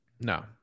No